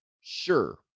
Sure